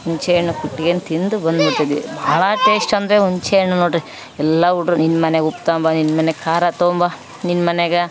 ಹುಂಚೆ ಹಣ್ಣು ಕುಟ್ಗೆಂಡ್ ತಿಂದು ಬಂದುಬಿಡ್ತಿದ್ವಿ ಭಾಳ ಟೆಸ್ಟ್ ಅಂದರೆ ಹುಂಚೆ ಹಣ್ಣು ನೋಡ್ರಿ ಎಲ್ಲ ಹುಡುಗ್ರು ನಿನ್ನ ಮನೆಗೆ ಉಪ್ಪು ತಗೊಂಬ ನಿನ್ನ ಮನೆ ಖಾರ ತೊಗೊಂಬ ನಿನ್ನ ಮನೆಗಾ